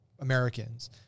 Americans